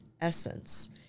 essence